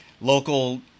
local